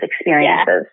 experiences